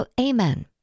Amen